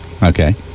Okay